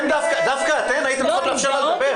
דווקא אתן הייתן צריכות לאפשר לה לדבר.